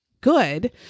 good